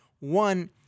One